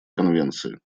конвенции